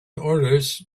orders